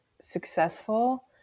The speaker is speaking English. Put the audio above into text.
successful